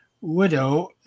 widow